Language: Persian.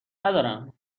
ندارم